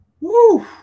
Woo